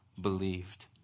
believed